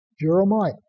Jeremiah